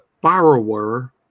borrower